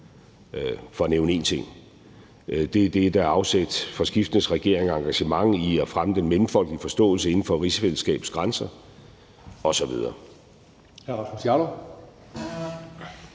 for at nævne én ting. Det er det, der er afsæt for skiftende regeringers engagement i at fremme den mellemfolkelige forståelse inden for rigsfællesskabets grænser osv.